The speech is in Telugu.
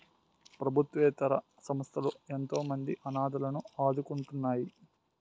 ప్రభుత్వేతర సంస్థలు ఎంతోమంది అనాధలను ఆదుకుంటున్నాయి